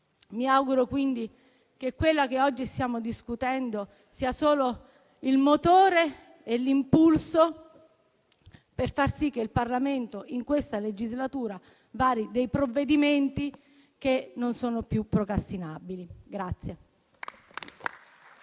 Mi auguro quindi che la mozione che oggi stiamo discutendo costituisca il motore e l'impulso per far sì che il Parlamento, in questa legislatura, vari provvedimenti che non sono più procrastinabili.